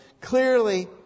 clearly